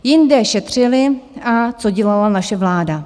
Jinde šetřili a co dělala naše vláda?